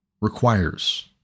requires